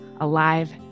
alive